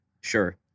Sure